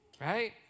right